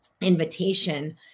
invitation